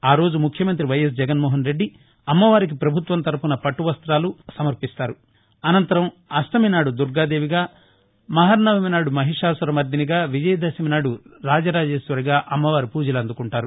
ఆరోజు ముఖ్యమంత్రి వైఎస్ జగన్మోహన్ రెడ్డి అమ్మవారికి పభుత్వం తరఫున పట్టు వస్తాలు అనంతరం అష్టమి నాడు దుర్గా దేవిగా మహర్సవమి నాడు మహిషాసుర మర్గినిగా విజయ దశమి నాడు రాజరాజేశ్వరిగా అమ్మవారు పూజలందుకుంటారు